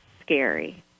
scary